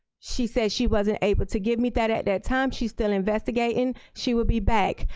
she said she wasn't able to give me that at that time, she's still investigating, she will be back.